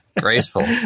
Graceful